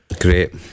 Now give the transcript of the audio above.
great